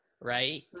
right